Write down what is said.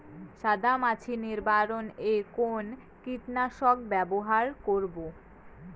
সাদা মাছি নিবারণ এ কোন কীটনাশক ব্যবহার করব?